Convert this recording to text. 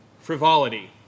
frivolity